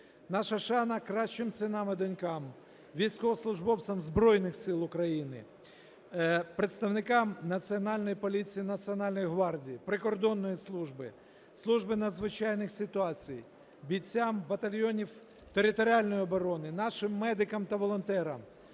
Наша шана кращим синам і донькам, військовослужбовцям Збройних Сил України, представникам Національної поліції, Національної гвардії, прикордонної служби, служби з надзвичайних ситуацій, бійцям батальйонів територіальної оборони, нашим медикам та волонтерам!